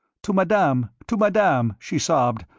to madame, to madame, she sobbed,